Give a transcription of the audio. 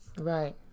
Right